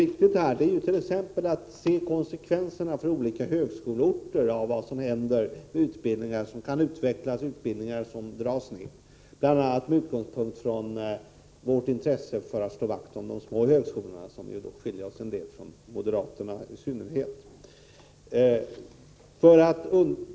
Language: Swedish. Viktigt är t.ex. att studera konsekvenserna för olika högskoleorter när det gäller utbildningar som kan utvecklas och utbildningar som dras ned. Det är angeläget bl.a. med utgångspunkt i vårt intresse av att slå vakt om de små högskolorna: På den punkten skiljer vi oss en del från de övriga, då i synnerhet moderaterna.